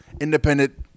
independent